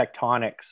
tectonics